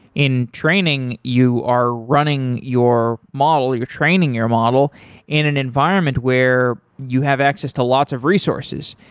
in training, you are running your model, you're training your model in an environment where you have access to lots of resources,